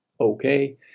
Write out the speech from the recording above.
Okay